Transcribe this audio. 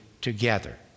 together